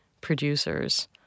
producers